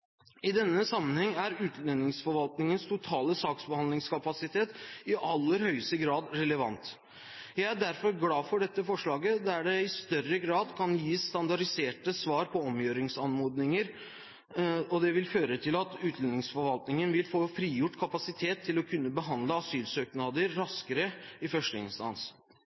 I denne sammenheng er utlendingsforvaltningens totale saksbehandlingskapasitet i aller høyeste grad relevant. Jeg er derfor glad for dette forslaget, der det i større grad kan gis standardiserte svar på omgjøringsanmodninger. Det vil føre til at utlendingsforvaltningen vil få frigjort kapasitet til å kunne behandle asylsøknader raskere i